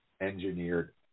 engineered